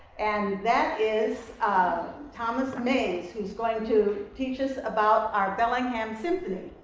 and that is thomas mayes, who is going to teach us about our bellingham symphony.